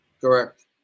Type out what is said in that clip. Correct